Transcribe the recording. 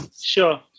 Sure